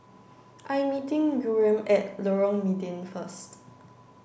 I am meeting Yurem at Lorong Mydin first